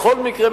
בכל מקרה,